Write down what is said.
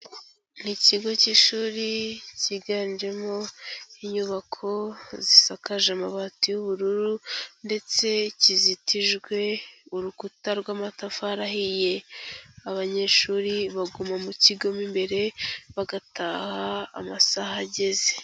Ni ikigo cy'ishuri cyiganjemo inyubako zisakaje amabati y'ubururu, ndetse kizitijwe urukuta rw'amatafari ahiye. abanyeshuri baguma mu kigo mo imbere, bagataha amasaha ageze.